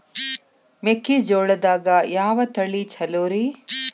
ಮೆಕ್ಕಿಜೋಳದಾಗ ಯಾವ ತಳಿ ಛಲೋರಿ?